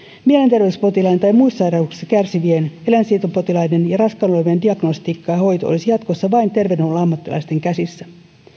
mielenterveyspotilaiden tai muistisairauksista kärsivien elinsiirtopotilaiden ja raskaana olevien diagnostiikka ja hoito olisivat jatkossa vain terveydenhuollon ammattilaisten käsissä